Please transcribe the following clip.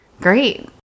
Great